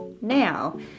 now